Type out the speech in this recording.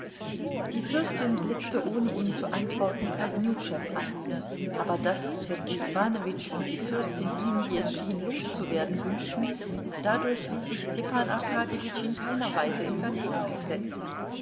die fürstin blickte ohne ihm zu antworten kosnüschew an aber daß sergei iwanowitsch und die fürstin ihn wie es schien loszuwerden wünschten dadurch ließ sich stepan arkadjewitsch in keiner weise in verlegenheit setzen